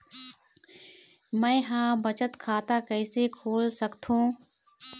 मै ह बचत खाता कइसे खोल सकथों?